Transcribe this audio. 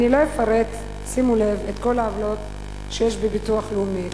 אני לא אפרט את כל העוולות שיש בביטוח לאומי.